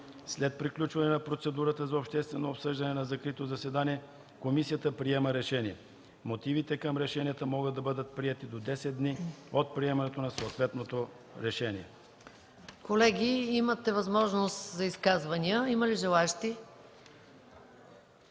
След приключване на процедурата за обществено обсъждане на закрито заседание комисията приема решение. Мотивите към решенията могат да бъдат приети до 10 дни от приемането на съответното решение.” ПРЕДСЕДАТЕЛ МАЯ МАНОЛОВА: Колеги, имате възможност за изказвания. Има ли желаещи?